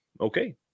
okay